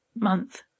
month